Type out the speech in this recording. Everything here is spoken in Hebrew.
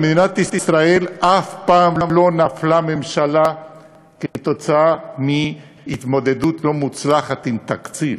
במדינת ישראל אף פעם לא נפלה ממשלה עקב התמודדות לא מוצלחת עם תקציב.